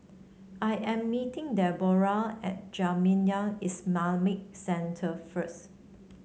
I am meeting Deborrah at Jamiyah Islamic Centre first